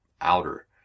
outer